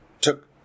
Took